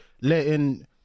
letting